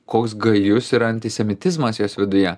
koks gajus yra antisemitizmas jos viduje